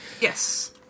yes